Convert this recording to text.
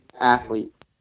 athlete